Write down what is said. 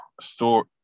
store